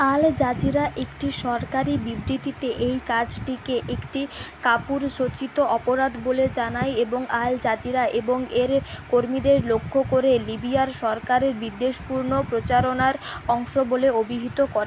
আল Jazeera একটি সরকারি বিবৃতিতে এই কাজটিকে একটি কাপুরুষোচিত অপরাধ বলে জানায় এবং আল জাজিরা এবং এর কর্মীদের লক্ষ্য করে লিবিয়ার সরকারের বিদ্বেষপূর্ণ প্রচারণার অংশ বলে অভিহিত করে